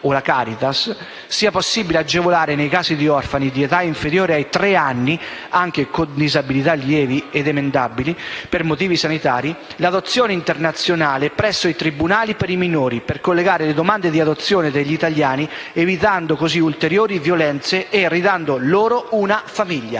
sia possibile agevolare nei casi di orfani di età inferiore ai tre anni, anche con disabilità lievi ed emendabili per motivi sanitari, l'adozione internazionale presso i tribunali per i minori per collegare le domande di adozione degli italiani, evitando così ulteriori violenze e ridando loro una famiglia.